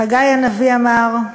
חגי הנביא אמר: